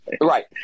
Right